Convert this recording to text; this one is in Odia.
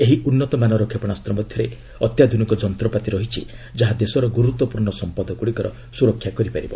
ଏହି ଉନ୍ନତମାନର କ୍ଷେପଣାସ୍ତ ମଧ୍ୟରେ ଅତ୍ୟାଧୁନିକ ଯନ୍ତପାତି ରହିଛି ଯାହା ଦେଶର ଗୁରୁତ୍ୱପୂର୍ଣ୍ଣ ସମ୍ପଦଗୁଡ଼ିକର ସୁରକ୍ଷା କରିପାରିବ